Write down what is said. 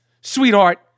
sweetheart